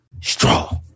straw